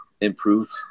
improve